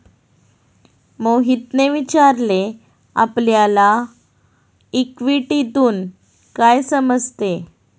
मोहितने विचारले आपल्याला इक्विटीतून काय समजते?